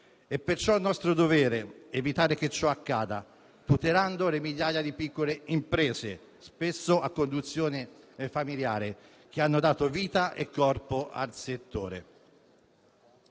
perciò nostro dovere evitare che ciò accada, tutelando le migliaia di piccole imprese, spesso a conduzione familiare, che hanno dato vita e corpo al settore.